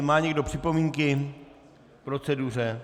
Má někdo připomínky k proceduře?